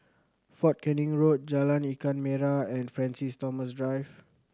Fort Canning Road Jalan Ikan Merah and Francis Thomas Drive